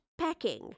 packing